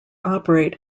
operate